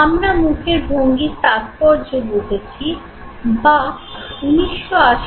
আমরা মুখের ভঙ্গির তাৎপর্য বুঝেছি